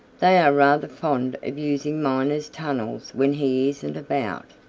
they are rather fond of using miner's tunnels when he isn't about.